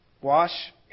wash